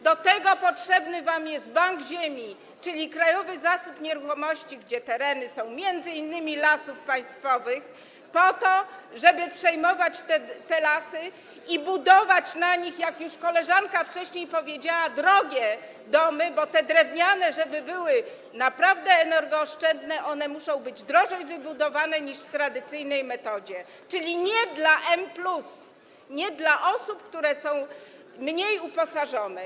Do tego potrzebny wam jest bank ziemi, czyli Krajowy Zasób Nieruchomości, gdzie są tereny m.in. Lasów Państwowych, po to żeby przejmować te lasy i budować tam, jak już koleżanka wcześniej powiedziała, drogie domy, bo te drewniane, żeby były naprawdę energooszczędne, muszą być drożej wybudowane niż przy tradycyjnej metodzie, czyli nie dla M+, nie dla osób, które są mniej uposażone.